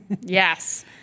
Yes